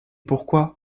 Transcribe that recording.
pourquoi